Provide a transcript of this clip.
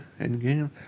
Endgame